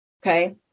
Okay